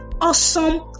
awesome